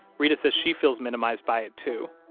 reta says she feels minimized by it, too,